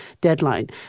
deadline